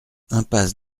impasse